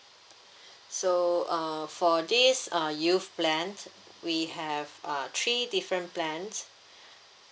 so uh for this uh youth plan we have uh three different plans